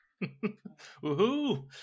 Woo-hoo